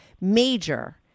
major